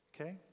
Okay